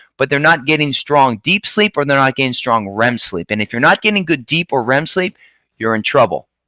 but they're not getting strong deep sleep, or they're not getting strong rem sleep. and if you're not getting good deep or rem sleep you're in trouble.